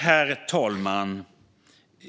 Herr talman!